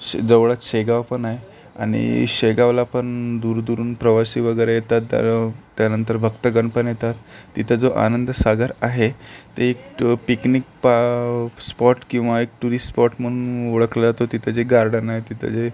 शे जवळच शेगाव पण आहे आणि शेगावला पण दूर दूरून प्रवासी वगैरे येतात तर त्यानंतर भक्तगण पण येतात तिथं जो आनंद सागर आहे ते पिकनिक प स्पॉट किंवा एक टुरिस्ट स्पॉट म्हणून ओळखला तो तिथं जे गार्डन आहे तिथे जे